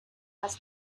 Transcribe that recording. has